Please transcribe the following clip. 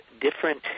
different